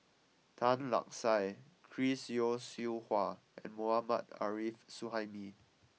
Tan Lark Sye Chris Yeo Siew Hua and Mohammad Arif Suhaimi